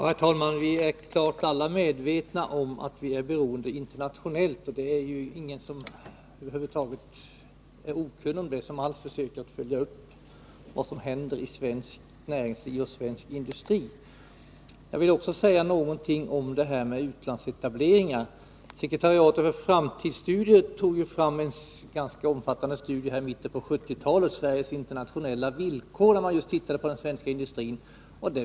Herr talman! Vi är naturligtvis alla medvetna om att vi här i Sverige är beroende av internationella förhållanden. Ingen som över huvud taget försökt följa upp vad som händer inom svenskt näringsliv och svensk industri är okunnig om det. Jag vill också säga några ord om utlandsetableringar. Sekretariatet för framtidsstudier tog i mitten av 1970-talet fram en ganska omfattande studie beträffande Sveriges internationella villkor, där just den svenska industrin behandlades.